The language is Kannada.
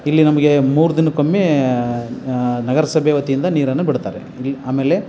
ಇಲ್ಲಿ ನಮಗೆ ಮೂರು ದಿನಕ್ಕೊಮ್ಮೆ ನಗರಸಭೆ ವತಿಯಿಂದ ನೀರನ್ನು ಬಿಡುತ್ತಾರೆ ಇಲ್ಲಿ ಆಮೇಲೆ